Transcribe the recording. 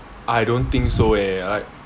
I don't think so eh like